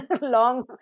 long